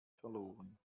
verloren